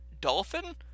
dolphin